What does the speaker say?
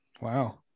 Wow